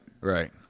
Right